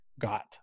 got